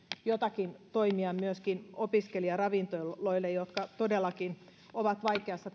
joitakin toimia myöskin opiskelijaravintoloille jotka todellakin ovat vaikeassa